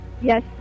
Yes